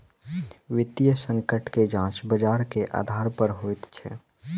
वित्तीय संकट के जांच बजार के आधार पर होइत अछि